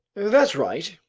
that's right,